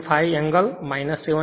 5 angle 7